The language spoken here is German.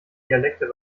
dialekte